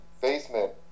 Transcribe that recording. basement